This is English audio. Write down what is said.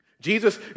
Jesus